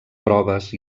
proves